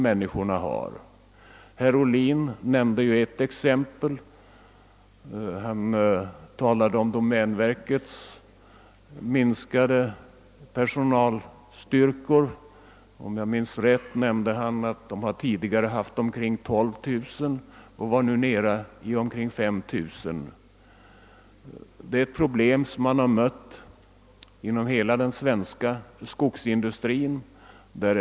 Herr Ohlin nämnde som ett exempel att domänverket hade minskat arbetsstyrkan från — om jag minns rätt — omkring 12 000 till 5 000 personer. Detta är ett problem som hela den svenska skogsindustrin har mött.